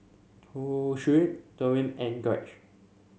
Toshio Deron and Gage